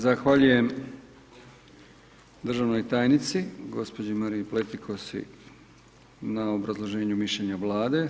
Zahvaljujem državnoj tajnici gđi. Mariji Pletikosi na obrazloženju mišljenja Vlade.